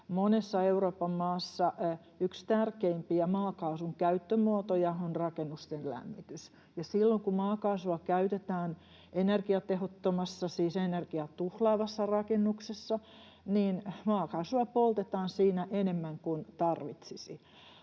monessa Euroopan maassa yksi tärkeimpiä maakaasun käyttömuotoja on rakennusten lämmitys, ja silloin kun maakaasua käytetään energiatehottomassa, siis energiaa tuhlaavassa, rakennuksessa, niin maakaasua poltetaan siinä enemmän kuin tarvitsisi.